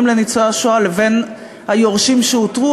לניצולי השואה לבין היורשים שאותרו,